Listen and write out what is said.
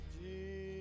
Jesus